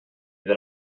that